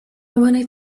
wanted